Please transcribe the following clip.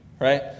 right